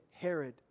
Herod